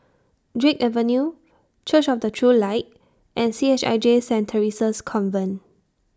Drake Avenue Church of The True Light and C H I J Saint Theresa's Convent